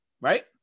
Right